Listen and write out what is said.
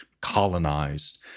colonized